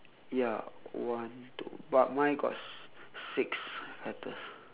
ya one two but mine got s~ six petals